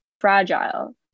fragile